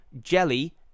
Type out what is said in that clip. Jelly